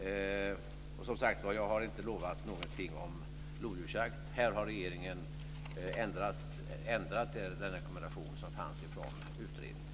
Jag har som sagt inte lovat någonting om lodjursjakt. Här har regeringen ändrat den kombination som fanns i utredningen.